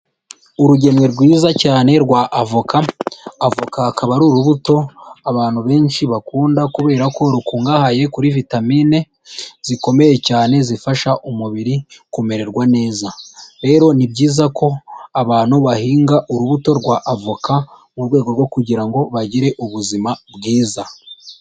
Urugemwe rwiza cyane rwa avoka, avoka akaba ari urubuto abantu benshi bakunda kubera ko rukungahaye kuri vitamine zikomeye cyane zifasha umubiri kumererwa neza, rero ni byiza ko abantu bahinga urubuto rwa avoka mu rwego rwo kugira ngo bagire ubuzima bwiza.